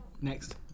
Next